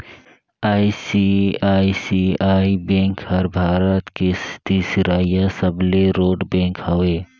ICICI bank हर भारत के तीसरईया सबले रोट बेंक हवे